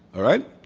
all right?